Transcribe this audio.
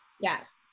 yes